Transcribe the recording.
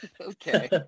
Okay